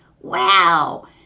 Wow